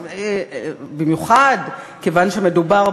במיוחד מכיוון שמדובר,